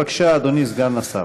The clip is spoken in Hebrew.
בבקשה, אדוני סגן השר.